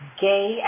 gay